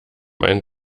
einen